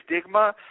stigma